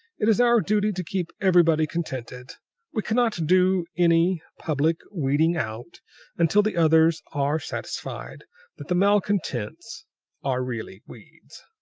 it is our duty to keep everybody contented we cannot do any public weeding-out until the others are satisfied that the malcontents are really weeds.